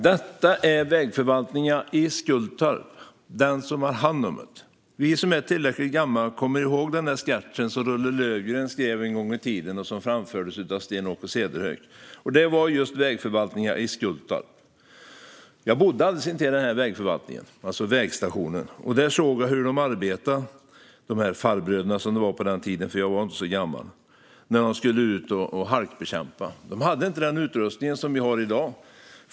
"Detta är vägförvaltninga i Skultörp, den som har hand um 'et." Vi som är tillräckligt gamla kommer ihåg den sketch som Rulle Lövgren skrev en gång i tiden och som framfördes av Sten-Åke Cederhök. Det handlade just om vägförvaltningen i Skultorp. Jag bodde alldeles intill denna vägförvaltning, alltså vägstation. Där såg jag hur farbröderna arbetade. Jag säger "farbröder" för jag var inte så gammal på den tiden. De skulle ibland ut och halkbekämpa. De hade inte den utrustning som vi har i dag.